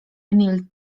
emil